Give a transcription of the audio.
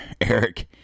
Eric